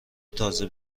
تازه